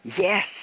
Yes